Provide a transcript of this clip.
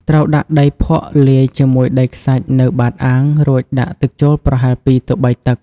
ត្រូវដាក់ដីភក់លាយជាមួយដីខ្សាច់នៅបាតអាង រួចដាក់ទឹកចូលប្រហែល ២ ទៅ ៣ តឹក។